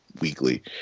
weekly